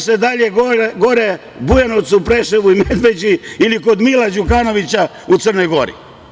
Ne zna se da li je gore u Bujanovcu, Preševu i Medveđi ili kod Mila Đukanovića u Crnoj Gori.